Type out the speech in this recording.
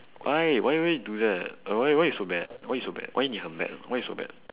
why why would you do that uh why why you so bad why you so bad why 你很 bad why you so bad